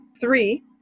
Three